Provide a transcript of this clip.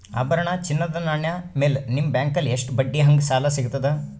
ಆಭರಣ, ಚಿನ್ನದ ನಾಣ್ಯ ಮೇಲ್ ನಿಮ್ಮ ಬ್ಯಾಂಕಲ್ಲಿ ಎಷ್ಟ ಬಡ್ಡಿ ಹಂಗ ಸಾಲ ಸಿಗತದ?